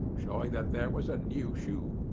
showing that that was a new shoe.